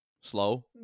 Slow